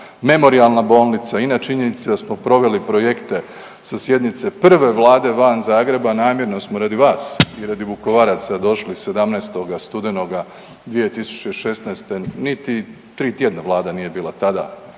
memorijalna bolnica i na činjenici da smo proveli projekte sa sjednice prve vlade van Zagreba, namjerno smo radi vas i radi Vukovaraca došli 17. studenoga 2016., niti 3 tjedna vlada nije bila tada